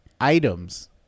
items